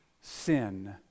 sin